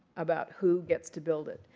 about who gets to build it.